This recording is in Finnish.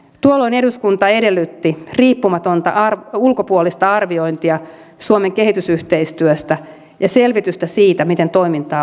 tuolloin eduskunta edellytti riippumatonta ulkopuolista arviointia suomen kehitysyhteistyöstä ja selvitystä siitä miten toimintaa uudistetaan